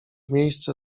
miejsce